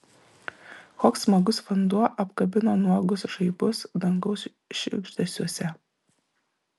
koks smagus vanduo apkabino nuogus žaibus dangaus šiugždesiuose